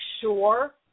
sure